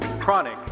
chronic